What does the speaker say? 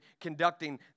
conducting